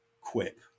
quip